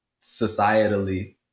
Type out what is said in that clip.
societally